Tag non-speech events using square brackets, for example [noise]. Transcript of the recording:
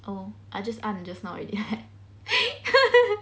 oh I just 按了 just now already [laughs]